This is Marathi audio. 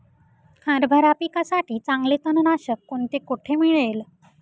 हरभरा पिकासाठी चांगले तणनाशक कोणते, कोठे मिळेल?